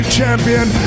champion